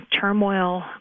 turmoil